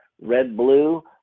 red-blue